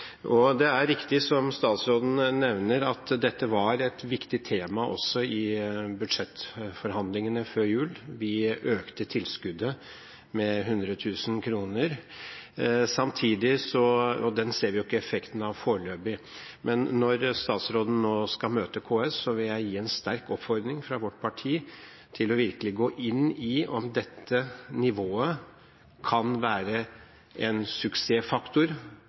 nevner, er det riktig at dette var et viktig tema også i budsjettforhandlingene før jul. Vi økte tilskuddet med 100 000 kr. Det ser vi ikke effekten av foreløpig. Men når statsråden nå skal møte KS, vil jeg gi en sterk oppfordring fra vårt parti om virkelig å gå inn i om dette nivået kan være en suksessfaktor